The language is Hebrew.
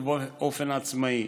ובאופן עצמאי.